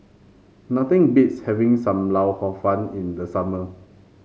nothing beats having Sam Lau Hor Fun in the summer